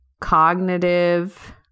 cognitive